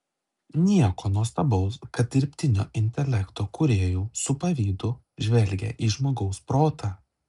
nieko nuostabaus kad dirbtinio intelekto kūrėjau su pavydu žvelgią į žmogaus protą